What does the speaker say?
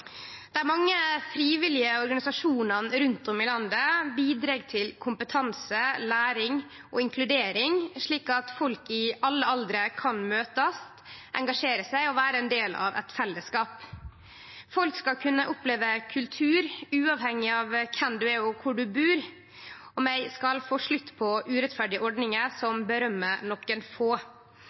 Dei mange frivillige organisasjonane rundt om i landet bidreg til kompetanse, læring og inkludering, slik at folk i alle aldrar kan møtast, engasjere seg og vere ein del av eit fellesskap. Folk skal kunne oppleve kultur uavhengig av kven ein er, og kor ein bur, og vi skal få slutt på urettferdige ordningar som påskjønar nokre få.